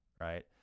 Right